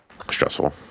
stressful